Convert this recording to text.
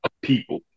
people